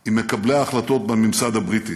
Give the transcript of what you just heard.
עם מקבלי ההחלטות בממסד הבריטי: